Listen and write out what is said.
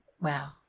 Wow